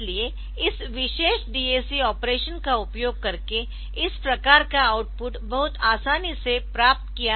इसलिए इस विशेष DAC ऑपरेशन का उपयोग करके इस प्रकार का आउटपुट बहुत आसानी से प्राप्त किया जा सकता है